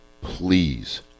please